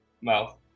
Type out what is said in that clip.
mouth